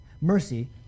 mercy